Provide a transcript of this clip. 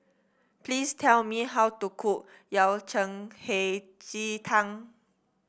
please tell me how to cook Yao Cai Hei Ji Tang